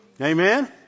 Amen